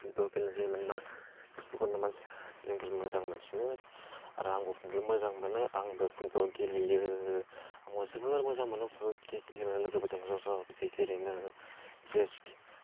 football गेलेनाय जायो माने मा फुटबलखौनो जोंफोर मोजां मोनसिनो आरो आंबो फुटबल मोजां मोनो आंबो फुटबल गेलेयो आंबो जोबोर मोजां मोनो फुटबल गेलेनो लोगोफोरजों ज' ज' बिदि गेलेनो चेस